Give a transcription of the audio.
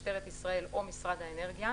משטרת ישראל או משרד האנרגיה,